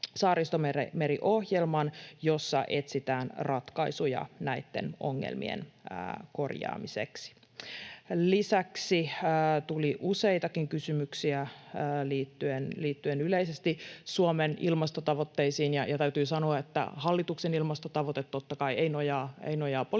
Saaristomeri-ohjelman, jossa etsitään ratkaisuja näitten ongelmien korjaamiseksi. Lisäksi tuli useitakin kysymyksiä liittyen yleisesti Suomen ilmastotavoitteisiin. Täytyy sanoa, että hallituksen ilmastotavoite, totta kai, ei nojaa poliitikkojen